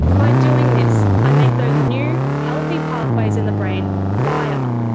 by doing this i make those new healthy pathways in the brain fire.